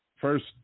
First